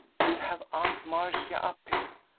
you'll have aunt marcia up here!